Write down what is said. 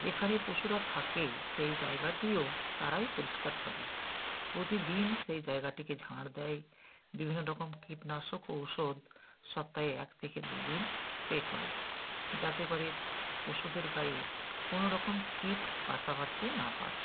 যেখানে পশুরা থাকে সেই জায়গাটিও তারাই পরিষ্কার করে প্রতিদিন সেই জায়গাটিকে ঝাঁট দেয় বিভিন্ন রকম কীটনাশক ঔষধ সপ্তাহে এক থেকে দু দিন স্প্রে করে যাতে করে পশুদের গায়ে কোনো রকম কীট বাসা বাঁধতে না পারে